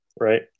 Right